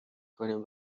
کنیم